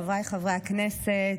חבריי חברי הכנסת,